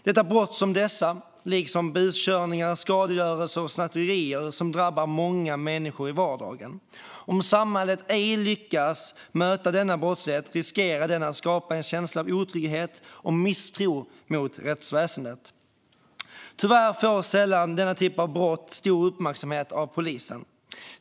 Det är brott som dessa, liksom buskörningar, skadegörelse och snatterier, som drabbar många människor i vardagen. Om samhället inte lyckas möta denna brottslighet riskerar det att skapa en känsla av otrygghet och misstro mot rättsväsendet. Tyvärr får denna typ av brott sällan stor uppmärksamhet av polisen.